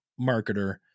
marketer